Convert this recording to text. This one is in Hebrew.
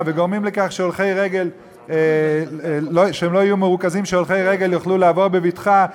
וגורמים לכך שהם לא יהיו מרוכזים כך שהולכי רגל יוכלו לעבור בבטחה,